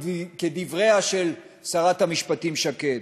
כדבריה של שרת המשפטים שקד,